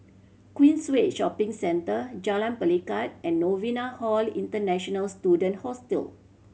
Queensway Shopping Centre Jalan Pelikat and Novena Hall International Student Hostel